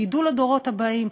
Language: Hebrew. גידול הדורות הבאים,